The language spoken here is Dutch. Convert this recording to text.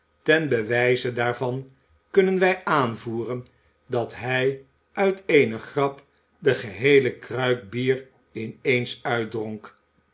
ten bewijze daarvan kunnen wij aanvoeren dat hij uit eene grap de geheele kruik bier in eens uitdronk